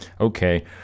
Okay